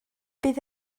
bydd